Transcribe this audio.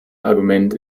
argument